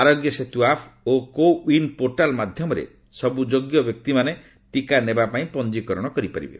ଆରୋଗ୍ୟ ସେତ୍ର ଆପ୍ ଓ CoWIN portal ମାଧ୍ୟମରେ ସବ୍ ଯୋଗ୍ୟ ବ୍ୟକ୍ତିମାନେ ଟିକା ନେବାପାଇଁ ପଞ୍ଜୀକରଣ କରିପାରିବେ